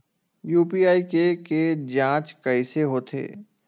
UPI के के जांच कइसे होथे?